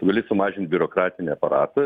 tu gali sumažint biurokratinį aparatą